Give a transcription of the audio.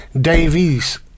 Davies